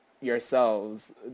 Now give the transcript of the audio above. yourselves